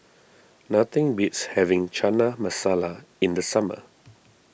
nothing beats having Chana Masala in the summer